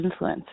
Influencers